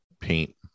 paint